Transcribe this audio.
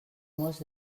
molts